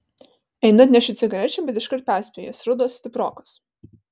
einu atnešiu cigarečių bet iškart perspėju jos rudos stiprokos